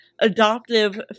adoptive